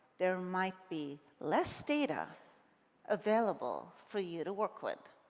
there might be less data available for you to work with.